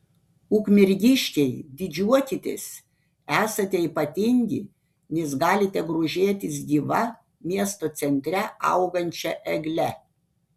ukmergiškiai didžiuokitės esate ypatingi nes galite grožėtis gyva miesto centre augančia egle